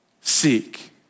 seek